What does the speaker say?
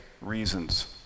reasons